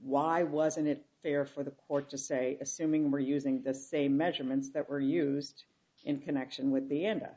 why wasn't it fair for the court to say assuming we're using the same measurements that were used in connection with the nd